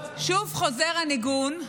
שוב חוזר הניגון,